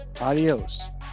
adios